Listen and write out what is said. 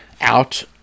out